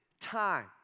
time